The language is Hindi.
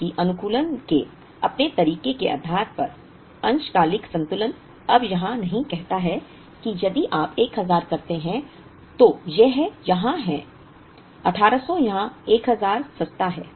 जबकि अनुकूलन के अपने तरीके के आधार पर अंशकालिक संतुलन अब यहाँ कहीं कहता है कि यदि आप 1000 करते हैं तो यह यहाँ है 1800 यहाँ 1000 सस्ता है